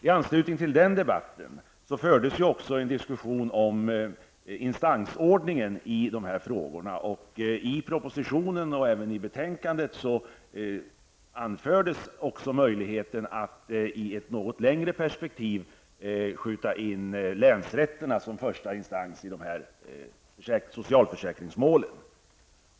I anslutning till den debatten fördes också en diskussion om instansordningen i dessa frågor. I propositionen och även i betänkandet nämndes möjligheten att i ett något längre perspektiv skjuta in länsrätterna som första instans i socialförsäkringsmålen.